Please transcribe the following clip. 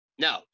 No